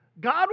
God